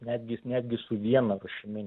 netgi netgi su viena rūšimi